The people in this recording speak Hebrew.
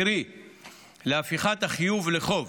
קרי להפיכת החיוב לחוב,